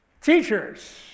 teachers